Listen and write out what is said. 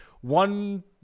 one